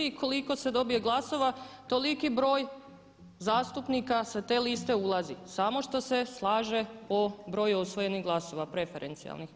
I koliko se dobije glasova toliki broj zastupnika sa te liste ulazi, samo što se slaže po broju osvojenih glasova preferencijalnih.